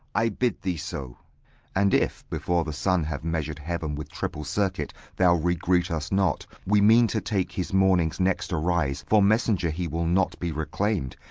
i bid thee so and if, before the sun have measur'd heaven with triple circuit, thou regreet us not, we mean to take his morning's next arise for messenger he will not be reclaim'd,